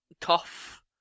tough